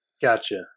Gotcha